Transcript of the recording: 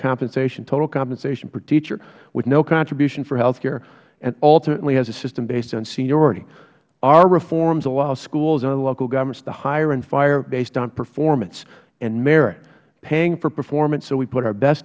compensation total compensation per teacher with no contribution for health care and ultimately has a system based on seniority our reforms allows schools and other local governments to hire and fire based on performance and merit paying for performance so we put our best